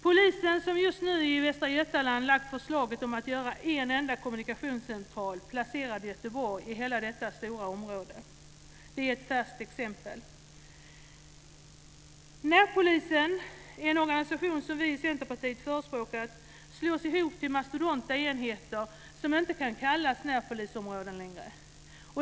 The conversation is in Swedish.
Polisen som just nu i Västra Götaland har lagt fram förslaget om att göra en enda kommunikationscentral placerad i Göteborg för hela detta stora område är ett färskt exempel. Närpolisen är en organisation som vi i Centerpartiet förespråkar. Den slås ihop till mastodontenheter som inte kan kallas närpolisområden längre.